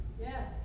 Yes